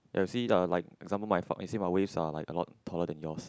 you see uh like example my you see my waves are like a lot taller than yours